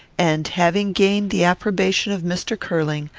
and, having gained the approbation of mr. curling,